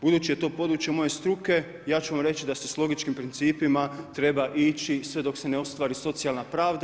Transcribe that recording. Budući da je to područje moje struke, ja ću vam reći da se s logičkim principima treba ići sve dok se ne ostvari socijalna pravda.